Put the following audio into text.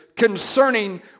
concerning